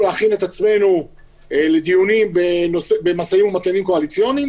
להכין את עצמנו לדיונים במשאים ומתנים קואליציוניים,